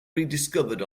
rediscovered